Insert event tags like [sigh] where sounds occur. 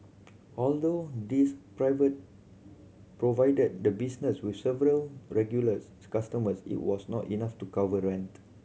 although these [unintelligible] provided the business with several regulars customers it was not enough to cover rent